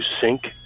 sync